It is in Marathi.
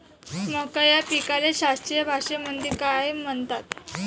मका या पिकाले शास्त्रीय भाषेमंदी काय म्हणतात?